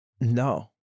No